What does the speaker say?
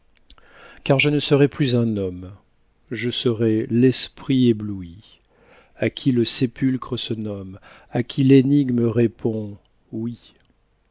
car je ne serai plus un homme je serai l'esprit ébloui à qui le sépulcre se nomme à qui l'énigme répond oui